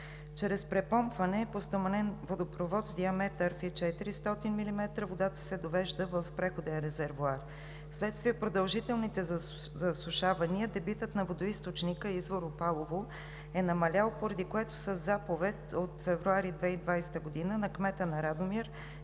Чрез препомпване по стоманен водопровод с диаметър фи 400 мм водата се довежда в преходен резервоар. Вследствие продължителните засушавания дебитът на водоизточника извор „Опалово“ е намалял, поради което със Заповед от февруари 2020 г. на кмета на Радомир,